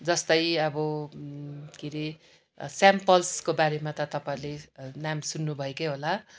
जस्तै अब के अरे सेन्ट पल्सको बारेमा त तपाईँहरूले नाम सुन्नु भएकै होला